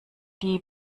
die